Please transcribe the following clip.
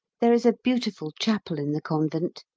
there is a beautiful chapel in the convent.